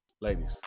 Ladies